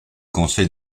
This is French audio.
conseil